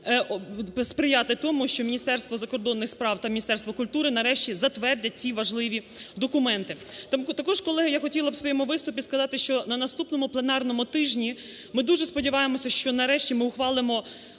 сприяти тому, що Міністерство закордонних справ та Міністерство культури нарешті затвердять ці важливі документи. Також, колеги, я б хотіла б в своєму виступі сказати, що на наступному пленарному тижні ми дуже сподіваємося, що нарешті ми ухвалимо